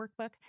workbook